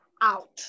out